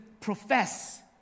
profess